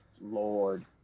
Lord